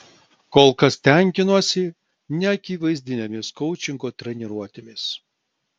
kol kas tenkinuosi neakivaizdinėmis koučingo treniruotėmis